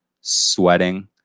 sweating